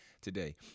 today